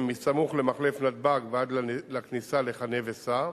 מסמוך למחלף נתב"ג ועד לכניסה ל"חנה וסע"